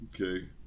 Okay